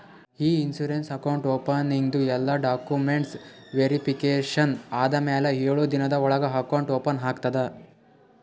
E insurance account ಓಪನಿಂಗ್ದು ಎಲ್ಲಾ documents verification ಆದಮ್ಯಾಲ ಎಳು ದಿನದ ಒಳಗ ಅಕೌಂಟ್ ಓಪನ್ ಆಗ್ತದ